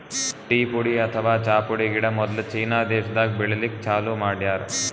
tea ಪುಡಿ ಅಥವಾ ಚಾ ಪುಡಿ ಗಿಡ ಮೊದ್ಲ ಚೀನಾ ದೇಶಾದಾಗ್ ಬೆಳಿಲಿಕ್ಕ್ ಚಾಲೂ ಮಾಡ್ಯಾರ್